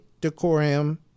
decorum